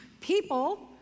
people